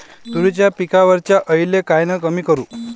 तुरीच्या पिकावरच्या अळीले कायनं कमी करू?